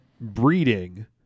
breeding